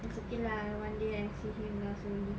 it's okay lah one day I see him lah slowly